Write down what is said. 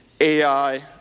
AI